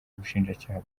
ubushinjacyaha